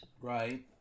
Right